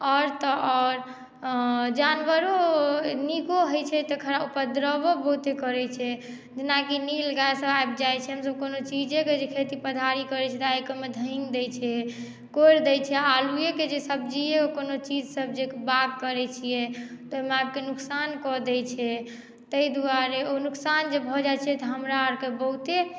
आओर तऽ आओर जानवरो निको होइ छै तऽ खराबो उपद्रवो बहुते करै छै जेनाकि नील गाय सभ आबि जाइ छै कोनो चीजेके जे खेती पथारी करै छी तऽ ओहिमे धुनि दै छै कोरि दै छै आलुएके जे सब्जिये कोनो चीज सभ जे बाग करै छी तऽ ओ आबिके नुकसान कऽ दै छै ताहि दुआरे ओ नुकसान जे भऽ जाइ छै तऽ हमरा आरके बहुते